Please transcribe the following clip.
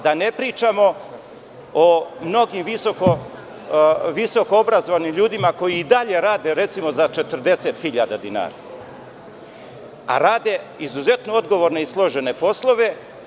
Da ne pričamo o mnogim visoko obrazovanim ljudima koji i dalje rade za 40.000 dinara, a rade izuzetno odgovorne i složene poslove.